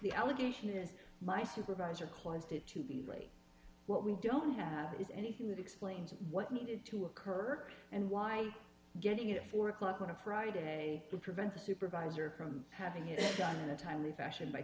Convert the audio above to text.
the allegation is my supervisor closed it to be really what we don't have is anything that explains what needed to occur and why getting it at four o'clock on a friday would prevent the supervisor from having it done in a timely fashion by